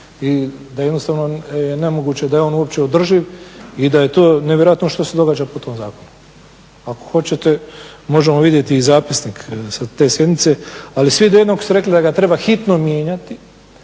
i da jednostavno je nemoguće da je on uopće održiv i da je to nevjerojatno što se događa po tom zakonu. Ako hoćete možemo vidjeti i zapisnik sa te sjednice, ali svi do jednog su rekli da ga treba hitno mijenjati,